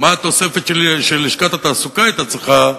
התוספת שלשכת התעסוקה היתה צריכה,